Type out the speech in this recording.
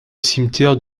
cimetière